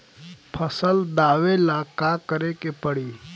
फसल दावेला का करे के परी?